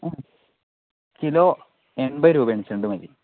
kilo എൻപത് രൂപയാണ് ചെണ്ടുമല്ലി